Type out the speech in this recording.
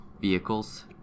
vehicles